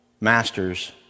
masters